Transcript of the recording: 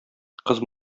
кыз